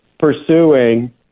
pursuing